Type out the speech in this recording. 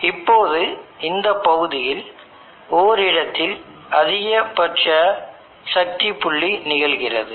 இப்போது இந்த பகுதியில் ஓரிடத்தில் அதிகபட்ச சக்தி புள்ளி நிகழ்கிறது